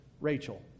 Rachel